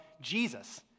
Jesus